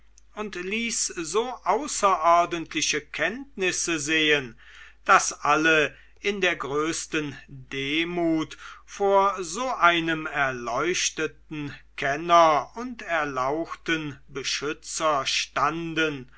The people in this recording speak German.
und ließ so außerordentliche kenntnisse sehen daß alle in der größten demut vor so einem erleuchteten kenner und erlauchten beschützer standen